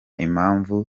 impamvu